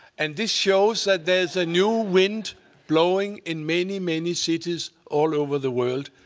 and this shows that there's a new wind blowing in many, many cities all over the world.